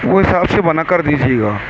وہ حساب سے بناکر دیجیے گا